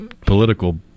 political